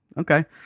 okay